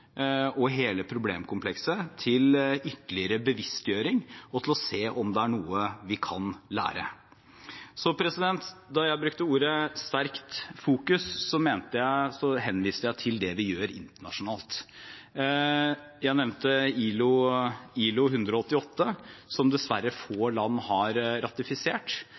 og hele problemkomplekset til ytterligere bevisstgjøring og til å se om det er noe vi kan lære. Da jeg brukte ordene «sterkt fokus», henviste jeg til det vi gjør internasjonalt. Jeg nevnte ILO 188, som dessverre få land har ratifisert.